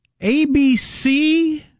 ABC